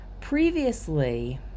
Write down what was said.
previously